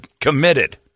committed